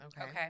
okay